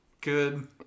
good